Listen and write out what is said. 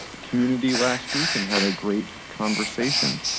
community last week, and had a great conversation.